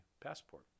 passport